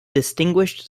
distinguished